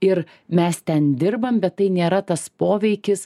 ir mes ten dirbam bet tai nėra tas poveikis